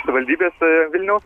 savivaldybės vilniaus